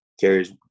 Carrie's